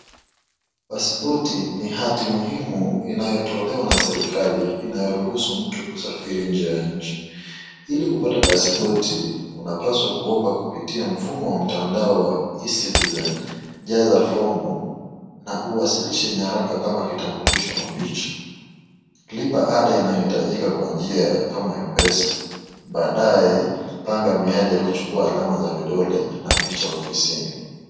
Paspoti ni hati muhimu inayotolewa na serekali inayoruhusu mtu kusafiri nje ya nchi. Ili kupata paspoti , unapaswa kuomba kupitia mfumo wa mtaandao wa E-Citizen, jaza fomu na uwasilishe nyaraka kama vile kitambulisho na picha, lipa ada inayohitajika kwa njia ya kama ya Mpesa, baadae panga miadi ya kuchukua alama za vidole na picha ofisini.